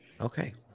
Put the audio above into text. Okay